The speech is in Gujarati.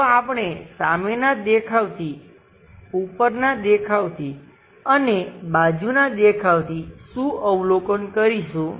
તો આપણે સામેનાં દેખાવથી ઉપરનાં દેખાવથી અને બાજુના દેખાવથી શું અવલોકન કરીશું